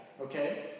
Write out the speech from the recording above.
okay